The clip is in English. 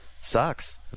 Sucks